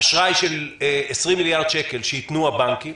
אשראי של 20 מיליארד שקלים שייתנו הבנקים